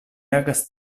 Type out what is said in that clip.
agas